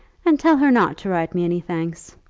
and tell her not to write me any thanks.